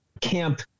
camp